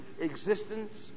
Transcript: existence